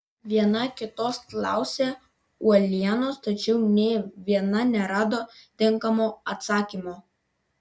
viena kitos klausė uolienos tačiau nė viena nerado tinkamo atsakymo